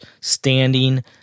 standing